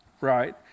right